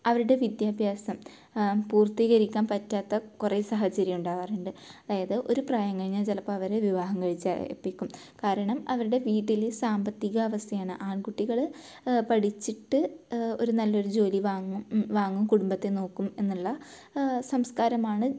അവരുടെ വിദ്യാഭ്യാസം പൂർത്തീകരിക്കാൻ പറ്റാത്ത കുറെ സാഹചര്യം ഉണ്ടാകാറുണ്ട് അതായത് ഒരു പ്രായം കഴിഞ്ഞാൽ ചിലപ്പം അവരെ വിവാഹം കഴിച്ച് അയപ്പിക്കും കാരണം അവരുടെ വീട്ടിൽ സാമ്പത്തിക അവസ്ഥയാണ് ആൺകുട്ടികൾ പഠിച്ചിട്ട് ഒരു നല്ലൊരു ജോലി വാങ്ങും വാങ്ങും കുടുംബത്തെ നോക്കും എന്നുള്ള സംസ്കാരമാണ്